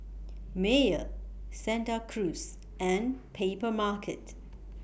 Mayer Santa Cruz and Papermarket